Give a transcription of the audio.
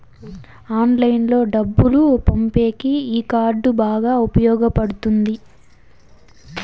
ఆన్లైన్లో డబ్బులు పంపేకి ఈ కార్డ్ బాగా ఉపయోగపడుతుంది